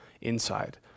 inside